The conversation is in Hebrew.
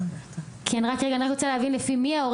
כל החוברות שלנו מפורסמות בפורטלים השונים של משרד החינוך.